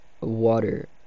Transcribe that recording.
water